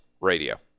Radio